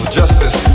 justice